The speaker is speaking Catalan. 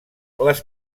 les